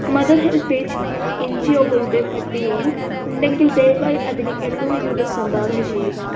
mother HelpAge N G ഓകളുടെ പട്ടികയിൽ ഉണ്ടെങ്കിൽ ദയവായി അതിന് എണ്ണൂറ് രൂപ സംഭാവന ചെയ്യുക